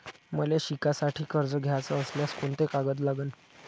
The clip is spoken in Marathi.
मले शिकासाठी कर्ज घ्याचं असल्यास कोंते कागद लागन?